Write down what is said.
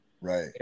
Right